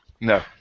No